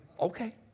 okay